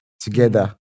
together